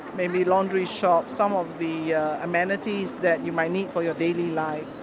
maybe laundries, shops, some of the yeah amenities that you might need for your daily life,